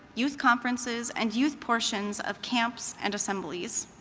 youth conferences, and youth portions of camps and assemblies.